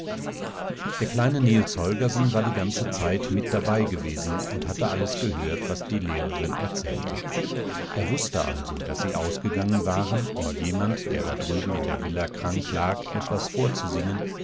der kleine niels holgersen war die ganze zeit mit dabei gewesen und hatte alles gehört was die lehrerin erzählte er wußte also daß sie ausgegangen waren um jemand der da drüben in der villa krank lag etwas vorzusingen